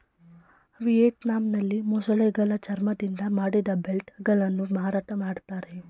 ವಿಯೆಟ್ನಾಂನಲ್ಲಿ ಮೊಸಳೆಗಳ ಚರ್ಮದಿಂದ ಮಾಡಿದ ಬೆಲ್ಟ್ ಗಳನ್ನು ಮಾರಾಟ ಮಾಡ್ತರೆ